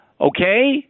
Okay